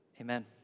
Amen